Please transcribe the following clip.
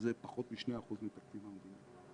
שזה פחות מ-2% מתקציב המדינה.